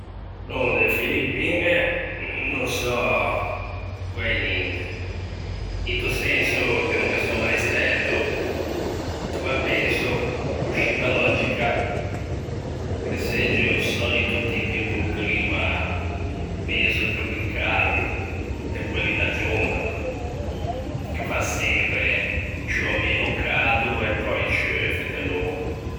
No de Filippiñe no ne sò guæi ninte, into senso che no ghe son mai stæto, ma penso coscì pe lògica che segge o sòlito tipico climma mezo tropicale, de quelli da jungla, che fa sempre ciù ò meno cado e pöi ceuve delongo.